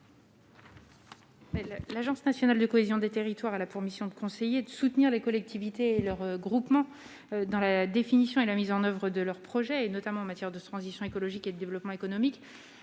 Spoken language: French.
L'Agence nationale de la cohésion des territoires a pour mission de conseiller et de soutenir les collectivités et leurs regroupements dans la définition et la mise en oeuvre de leurs projets, notamment en matière de transition écologique et de développement économique.